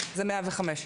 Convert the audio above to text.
זה 105,